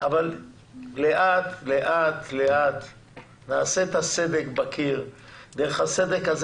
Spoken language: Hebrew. אבל לאט לאט נעשה את הסדק בקיר ודרך הסדר הזה